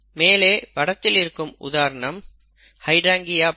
மேலே படத்தில் இருக்கும் உதாரணம் ஹைடிரன்கியா பூ